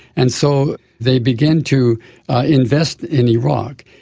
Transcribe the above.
and so they begin to invest in iraq.